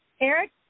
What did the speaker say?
Eric